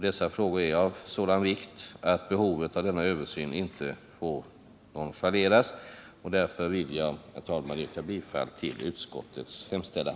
Dessa frågor är av sådan vikt att behovet av denna översyn inte får nonchaleras. Därför vill jag, herr talman, yrka bifall till utskottets hemställan.